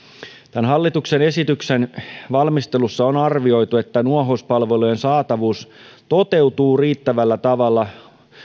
tämän hallituksen esityksen valmistelussa on arvioitu että nuohouspalvelujen saatavuus toteutuu riittävällä tavalla